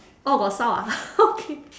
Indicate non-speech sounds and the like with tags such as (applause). oh got sound ah (laughs) okay